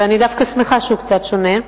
ואני דווקא שמחה שהוא קצת שונה,